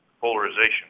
Polarization